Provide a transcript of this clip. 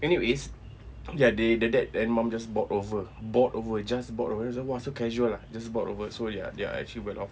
anyways ya they the dad and mum just bought over bought over just bought over I was like !wah! so casual ah just bought over so ya they are actually well off